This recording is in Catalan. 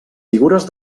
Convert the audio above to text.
figures